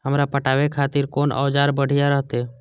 हमरा पटावे खातिर कोन औजार बढ़िया रहते?